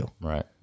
Right